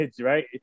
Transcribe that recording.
right